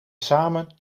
samen